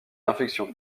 infection